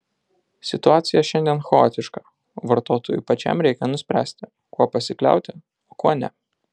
situacija šiandien chaotiška vartotojui pačiam reikia nuspręsti kuo pasikliauti o kuo ne